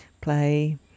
play